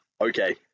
okay